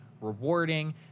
rewarding